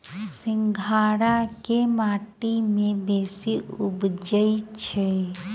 सिंघाड़ा केँ माटि मे बेसी उबजई छै?